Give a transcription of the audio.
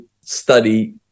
study